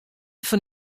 fan